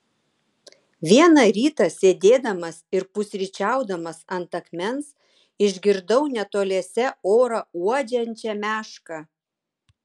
vieną rytą sėdėdamas ir pusryčiaudamas ant akmens išgirdau netoliese orą uodžiančią mešką